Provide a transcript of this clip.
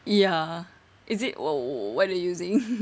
ya is it wha~ what you using